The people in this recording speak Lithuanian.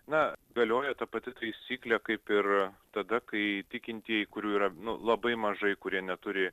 na galioja ta pati taisyklė kaip ir tada kai tikintieji kurių yra nu labai mažai kurie neturi